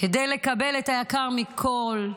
כדי לקבל את היקר מכול,